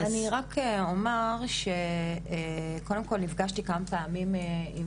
כן, אני רק אומר שקודם כל, נפגשתי כמה פעמים עם